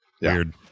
Weird